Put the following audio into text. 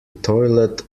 toilet